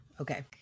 okay